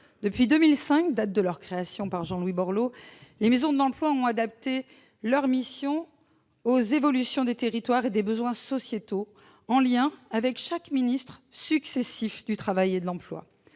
Depuis 2005, date de leur création par Jean-Louis Borloo, les maisons de l'emploi ont adapté leurs missions aux évolutions des territoires et des besoins sociétaux, en lien avec chaque ministre successif du travail et de l'emploi.